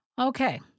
Okay